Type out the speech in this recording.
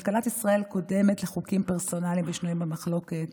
כלכלת ישראל קודמת לחוקים פרסונליים ושנויים במחלוקת,